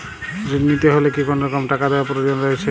ঋণ নিতে হলে কি কোনরকম টাকা দেওয়ার প্রয়োজন রয়েছে?